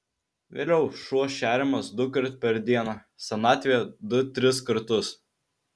vėliau šuo šeriamas dukart per dieną senatvėje du tris kartus